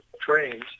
trains